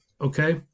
okay